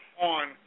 on